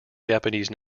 japanese